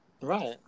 right